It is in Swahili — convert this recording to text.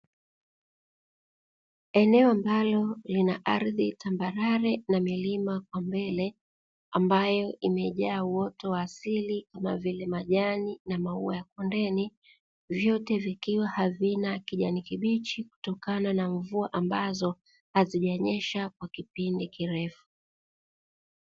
Eneo ambalo lina ardhi tambarare na milima kwa mbele, ambayo imejaa uoto wa asili kama vile; majani na maua ya kondeni. Vyote vikiwa havina kijani kibichi kutokana na mvua ambazo hazijanyesha kwa kipindi kirefu.